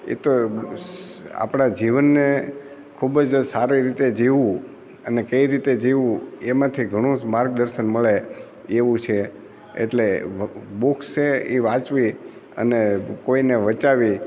એ તો આપણા જીવનને ખુબજ સારી રીતે જીવવું અને કઈ રીતે જીવવું એમાંથી ઘણું માર્ગદર્શન મળે એવું છે એટલે બુક છે એ વાંચવી અને કોઈને વંચાવવી